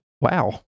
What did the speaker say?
Wow